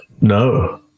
No